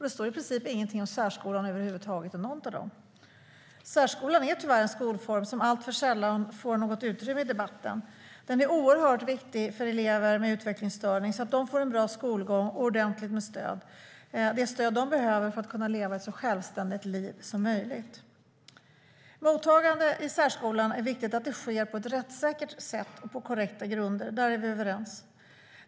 Det står i princip inget över huvud taget om särskolan i något av dem. Särskolan är tyvärr en skolform som alltför sällan får något utrymme i debatten. Den är oerhört viktig för elever med utvecklingsstörning, så att de får en bra skolgång och ordentligt med stöd - det stöd de behöver för att kunna leva ett så självständigt liv som möjligt. Det är viktigt att mottagandet i särskolan sker på ett rättssäkert sätt och på korrekta grunder. Det är vi överens om.